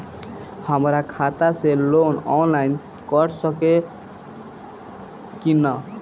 हमरा खाता से लोन ऑनलाइन कट सकले कि न?